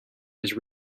his